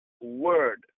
word